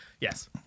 yes